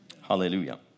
hallelujah